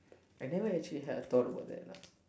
I never actually had a thought about that lah